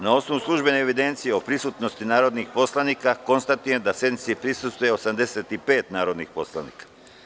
Na osnovu službene evidencije o prisutnosti narodnih poslanika, konstatujem da sednici prisustvuje 85 narodnih poslanika.